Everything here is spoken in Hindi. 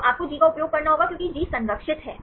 तो आपको G का उपयोग करना होगा क्योंकि G संरक्षित है